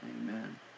amen